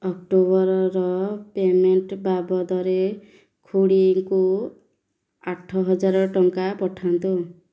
ଅକ୍ଟୋବର୍ର payment ବାବଦରେ ଖୁଡ଼ୀଙ୍କୁ ଆଠ ହଜାରେ ଟଙ୍କା ପଠାନ୍ତୁ